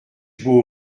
beau